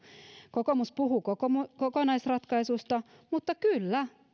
kokoomus puhuu kokonaisratkaisusta mutta kyllä